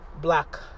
black